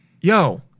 Yo